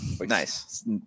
Nice